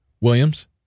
Williams